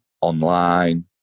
online